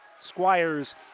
Squires